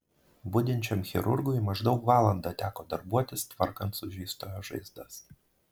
budinčiam chirurgui maždaug valandą teko darbuotis tvarkant sužeistojo žaizdas